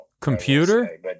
Computer